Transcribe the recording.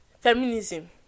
Feminism